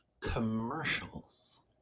commercials